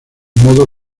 modo